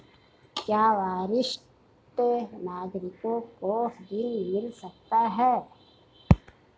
क्या वरिष्ठ नागरिकों को ऋण मिल सकता है?